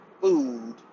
food